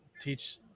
teach